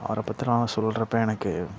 அவரை பற்றி நான் சொல்றப்போ எனக்கு